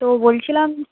তো বলছিলাম